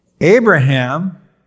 Abraham